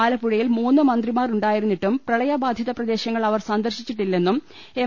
ആലപ്പുഴയിൽ മൂന്ന് മന്ത്രിമാർ ഉണ്ടായിരുന്നിട്ടും പ്രളയബാധിതപ്രദേശങ്ങൾ അവർ സന്ദർശി ച്ചില്ലെന്നും എം